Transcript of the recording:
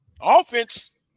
Offense